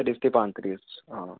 ત્રીસથી પાંત્રીસ હા